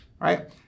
right